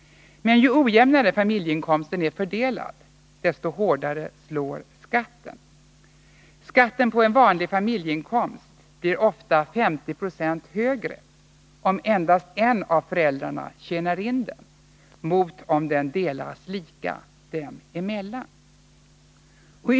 Men ju ojämnare familjeinkomsten är fördelad, desto hårdare slår skatten. Skatten på en vanlig familjeinkomst blir ofta 50 26 högre om endast en av föräldrarna tjänar in den mot om den delas lika dem emellan.